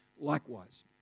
likewise